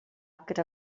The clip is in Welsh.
gyda